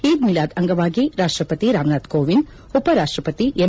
ಈದ್ ಮಿಲಾದ್ ಅಂಗವಾಗಿ ರಾಷ್ಟಪತಿ ರಾಮನಾಥ್ ಕೋವಿಂದ್ ಉಪರಾಷ್ಟಪತಿ ಎಂ